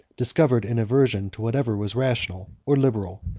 discovered an aversion to whatever was rational or liberal,